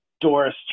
Doris